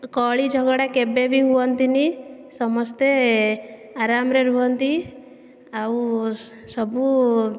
କଳି ଝଗଡ଼ା କେବେ ବି ହୁଅନ୍ତିନି ସମସ୍ତେ ଆରାମରେ ରୁହନ୍ତି ଆଉ ସବୁ